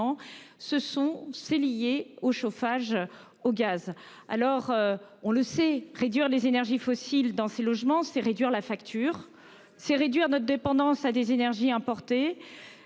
ce sont ces liées au chauffage au gaz. Alors on le sait, réduire les énergies fossiles dans ces logements c'est réduire la facture c'est réduire notre dépendance à des énergies importées.